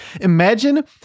Imagine